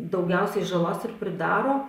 daugiausiai žalos ir pridaro